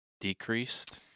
decreased